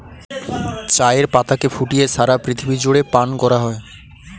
চায়ের পাতাকে ফুটিয়ে সারা পৃথিবী জুড়ে পান করা হয়